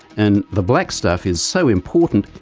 and the black stuff is so important,